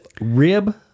rib